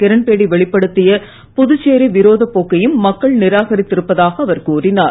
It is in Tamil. கிரண்பேடி வெளிப்படுத்திய புதுச்சேரி விரோதப் போக்கையும் மக்கள் நிராகரித்து இருப்பதாக அவர் கூறினார்